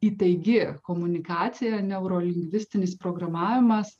įtaigi komunikacija neurolingvistinis programavimas